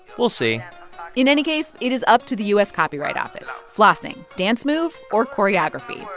we'll see in any case, it is up to the u s. copyright office. flossing dance move or choreography?